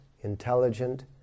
Intelligent